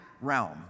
realm